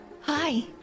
Hi